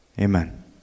Amen